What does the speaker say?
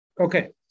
okay